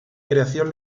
creación